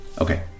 Okay